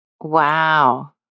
Wow